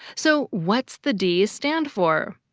so what's the d stand for?